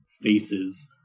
faces